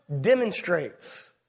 demonstrates